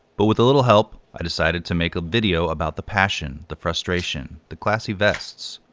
but with a little help i decided to make a video about the passion, the frustration, the classy vests,